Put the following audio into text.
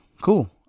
Cool